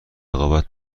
رقابت